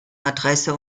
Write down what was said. adresse